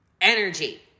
Energy